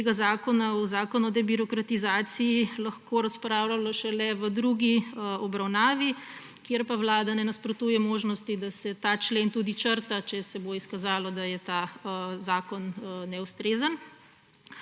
tega zakona v zakon o debirokratizaciji lahko razpravljalo šele v drugi obravnavi, kjer pa vlada ne nasprotuje možnosti, da se ta člen tudi črta, če se bo izkazalo, da je ta zakon neustrezen.